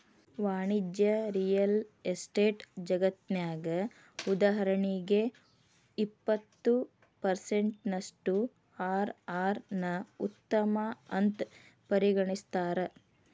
ವಾಣಿಜ್ಯ real estate ಜಗತ್ನ್ಯಗ, ಉದಾಹರಣಿಗೆ, ಇಪ್ಪತ್ತು ಪರ್ಸೆನ್ಟಿನಷ್ಟು ಅರ್.ಅರ್ ನ್ನ ಉತ್ತಮ ಅಂತ್ ಪರಿಗಣಿಸ್ತಾರ